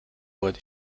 wollte